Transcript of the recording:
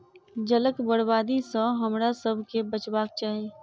जलक बर्बादी सॅ हमरासभ के बचबाक चाही